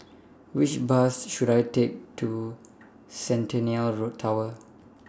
Which Bus should I Take to Centennial Tower